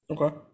Okay